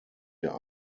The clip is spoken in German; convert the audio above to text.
wir